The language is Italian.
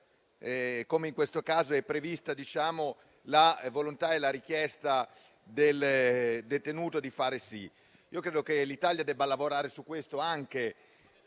come in questo caso, è prevista la volontà e la richiesta del detenuto in tal senso. Credo che l'Italia debba lavorare sul punto anche